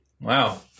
Wow